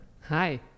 Hi